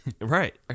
right